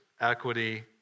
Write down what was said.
equity